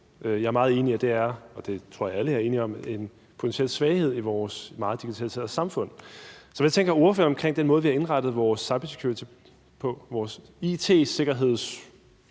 Jeg er meget enig i – og det tror jeg alle er enige i – at der er en potentiel svaghed i vores meget digitaliserede samfund. Så hvad tænker ordføreren om den måde, vi har indrettet vores cybersecurity – it-sikkerhedsstyrelser